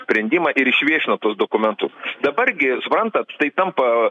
sprendimą ir išviešino tuos dokumentus dabar gi suprantat tai tampa